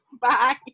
Bye